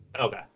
Okay